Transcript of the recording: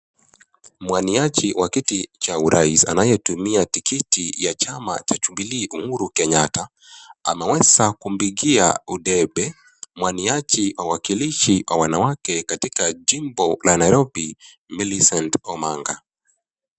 Mwaniaji wa kiti cha urais anayetumia tikiti ya chama cha (cs)Jubilee(cs) Uhuru Kenyatta. Ameweza kumpigia udebe mwaniaji wa wakilishi wa wanawake katika jimbo la Nairobi Millicent Omanga.